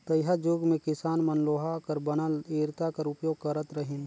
तइहाजुग मे किसान मन लोहा कर बनल इरता कर उपियोग करत रहिन